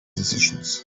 decisions